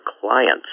clients